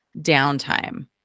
downtime